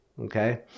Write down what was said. Okay